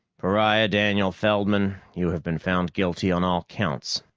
pariah daniel feldman, you have been found guilty on all counts.